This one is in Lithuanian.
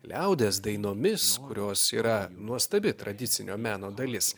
liaudies dainomis kurios yra nuostabi tradicinio meno dalis